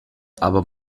aber